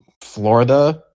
Florida